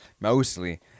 mostly